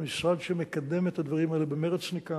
המשרד שלי מקדם את הדברים האלו במרץ ניכר,